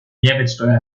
mehrwertsteuer